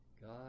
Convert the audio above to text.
God